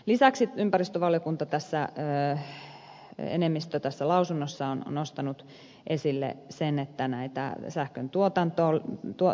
lisäksi ympäristövaliokunnan enemmistö lausunnossaan on nostanut esille sen että näin talven sähköntuotanto oli tuo